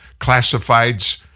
classifieds